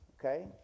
okay